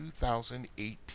2018